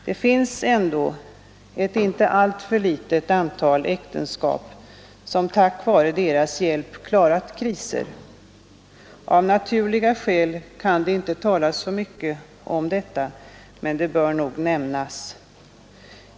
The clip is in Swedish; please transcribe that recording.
Det finns ändå ett inte alltför litet antal äktenskap, som tack vare deras hjälp har klarat kriser. Av naturliga skäl kan det inte talas så mycket om detta, men det bör nog nämnas.